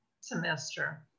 semester